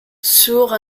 sourd